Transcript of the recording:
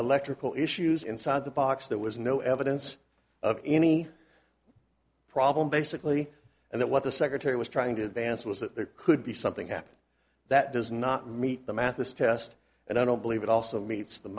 electrical issues inside the box there was no evidence of any problem basically and that what the secretary was trying to advance was that there could be something happen that does not meet the mathis test and i don't believe it also meets the